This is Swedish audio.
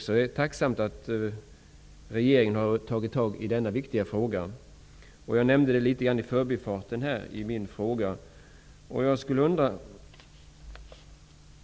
Det är tacksamt att regeringen har tagit tag i denna viktiga sak, som jag nämnde litet i förbifarten i min fråga.